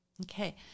okay